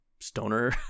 stoner